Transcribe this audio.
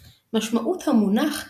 והולכים אחר מנהג המקום.